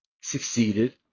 succeeded